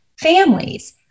families